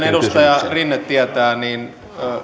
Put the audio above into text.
edustaja rinne tietää niin